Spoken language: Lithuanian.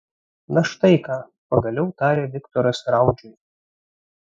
na štai ką pagaliau tarė viktoras raudžiui